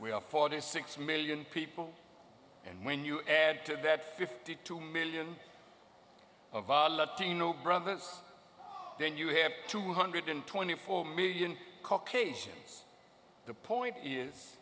have forty six million people and when you add to that fifty two million of our latino brothers then you have two hundred twenty four million caucasians the point is